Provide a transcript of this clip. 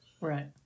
right